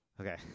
Okay